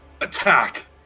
Attack